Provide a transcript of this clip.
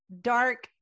dark